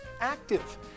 active